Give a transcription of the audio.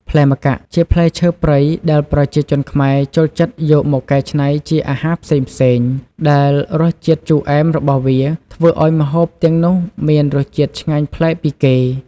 ផ្លែម្កាក់ ជាផ្លែឈើព្រៃដែលប្រជាជនខ្មែរចូលចិត្តយកមកកែច្នៃជាអាហារផ្សេងៗ ដែលរសជាតិជូរអែមរបស់វាធ្វើឱ្យម្ហូបទាំងនោះមានរសជាតិឆ្ងាញ់ប្លែកពីគេ។